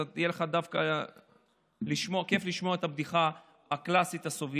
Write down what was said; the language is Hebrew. אז יהיה לך כיף לשמוע את הבדיחה הקלאסית הסובייטית.